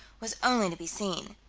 was only to be seen.